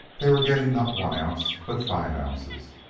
they were getting not one ounce but five ounces.